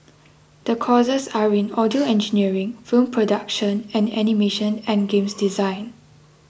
the courses are in audio engineering film production and animation and games design